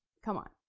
come on,